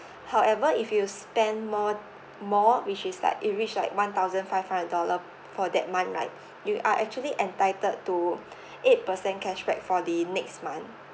however if you spend more more which is like it reach like one thousand five hundred dollar for that month right you are actually entitled to eight percent cashback for the next month